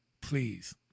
Please